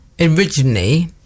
originally